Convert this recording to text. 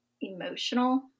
emotional